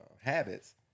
habits